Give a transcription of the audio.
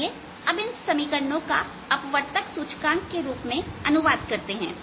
चलिए अब इन समीकरणों का अपवर्तक सूचकांक के रूप में अनुवाद करते हैं